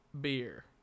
beer